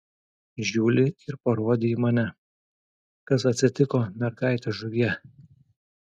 žiuli ir parodė į mane kas atsitiko mergaite žuvie